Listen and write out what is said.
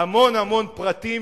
מהמון המון פרטים